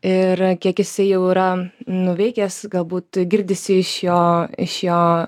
ir kiek jisai jau yra nuveikęs galbūt girdisi iš jo iš jo